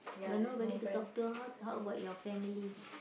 you got nobody to talk how how about your family